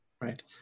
Right